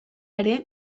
ere